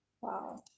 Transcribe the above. Wow